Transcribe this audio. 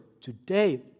today